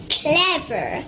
clever